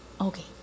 Okay